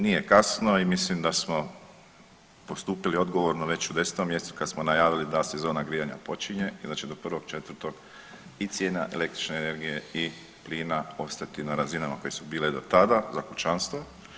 Nije kasno i mislim da smo postupili odgovorno već u 10. mj. kad smo najavili da sezona grijanja počinje i da će do 1.4. i cijena električne energije i plina ostati na razinama koje su bile do tada za kućanstvo.